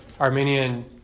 Armenian